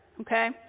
okay